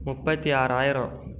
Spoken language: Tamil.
முப்பத்து ஆறாயிரம்